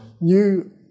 new